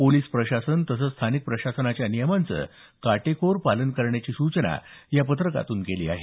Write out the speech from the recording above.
police प्रशासन तसंच स्थानिक प्रशासनाच्या नियमांचं काटेकोर पालन करण्याची सूचना या पत्रकातून केली आहे